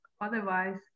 otherwise